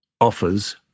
Offers